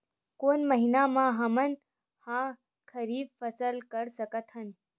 कोन महिना म हमन ह खरीफ फसल कर सकत हन?